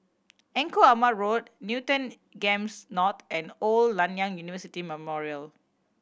Engku Aman Road Newton Games North and Old Nanyang University Memorial